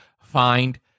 find